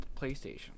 PlayStation